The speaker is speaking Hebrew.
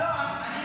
--- אתה אוהב פרקט.